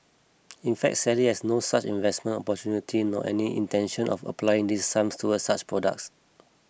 in fact Sally has no such investment opportunity nor any intention of applying these sums towards such products